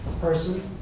person